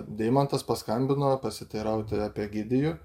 deimantas paskambino pasiteirauti apie egidijų